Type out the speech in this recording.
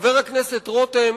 חבר הכנסת רותם,